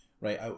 right